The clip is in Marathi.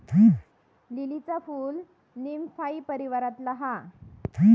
लीलीचा फूल नीमफाई परीवारातला हा